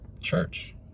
church